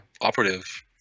operative